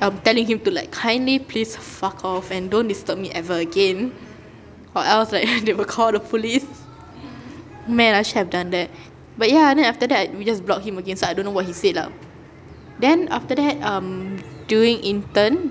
um telling him to like kindly please fuck off and don't disturb me ever again or else like they will call the police man I should have done that but ya and then after that I we just block him again so I don't know what he said lah then after that um during intern